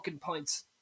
pints